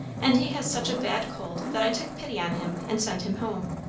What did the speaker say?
and he has such a bad cold that i took pity on him and sent him home.